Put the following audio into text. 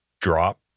drop